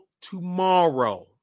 tomorrow